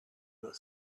that